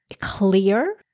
clear